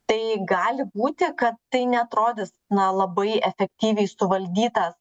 tai gali būti kad tai neatrodys na labai efektyviai suvaldytas